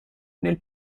nel